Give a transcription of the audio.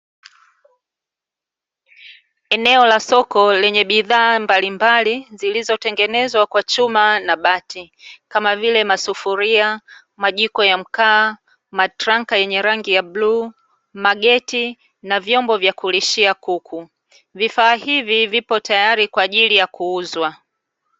Eneo la soko lenye bidhaa mbalimbali, zilizotengenezwa kwa chuma na bati, kama vile, masufuria, majiko ya mkaa, matranka yenye rangi ya bluu, mageti na vyombo vya kulishia kuku. Vifaa hivi vipo tayari kwaajili ya kuuzwa.